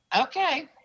okay